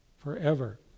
forever